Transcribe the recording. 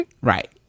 Right